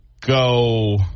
go